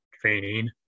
training